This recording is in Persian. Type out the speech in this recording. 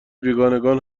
بیگانگان